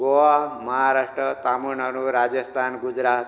Goa Maharashtra Tamil Nadu Rajasthan Gujarat